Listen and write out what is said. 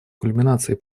кульминацией